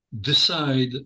decide